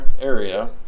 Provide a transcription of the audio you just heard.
area